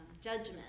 judgment